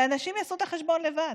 והאנשים יעשו את החשבון לבד.